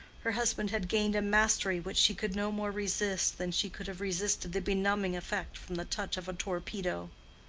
her husband had gained a mastery which she could no more resist than she could have resisted the benumbing effect from the touch of a torpedo.